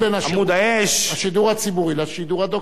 "עמוד האש" זה ההבדל בין השידור הציבורי לשידור הדוקטרינרי.